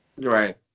Right